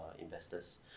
investors